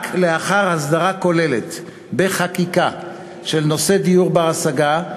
רק לאחר הסדרה כוללת בחקיקה של נושא דיור בר-השגה,